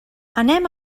anem